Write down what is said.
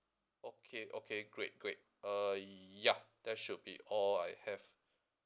okay okay great great uh ya that should be all I have